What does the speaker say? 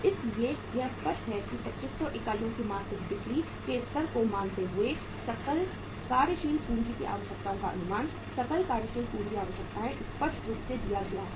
इसलिए यह स्पष्ट है कि 2500 इकाइयों की मासिक बिक्री के स्तर को मानते हुए सकल कार्यशील पूंजी की आवश्यकताओं का अनुमान सकल कार्यशील पूंजी आवश्यकताएं स्पष्ट रूप से दिया गया है